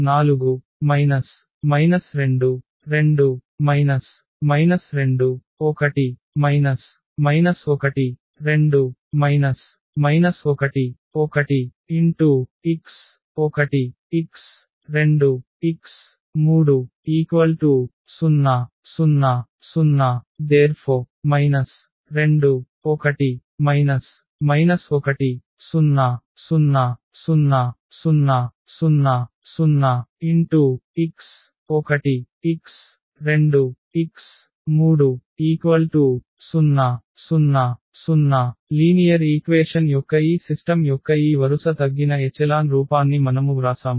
4 2 2 2 1 1 2 1 1 x1 x2 x3 0 0 0 2 1 1 0 0 0 0 0 0 x1 x2 x3 0 0 0 linear equation యొక్క ఈ system యొక్క ఈ వరుస తగ్గిన ఎచెలాన్ రూపాన్ని మనము వ్రాసాము